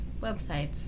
websites